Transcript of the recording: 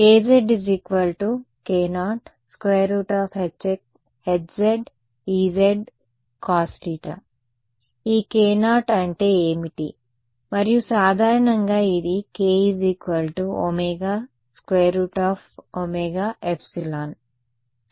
ఈ k0 అంటే ఏమిటి మరియు సాధారణంగా ఇది kωωε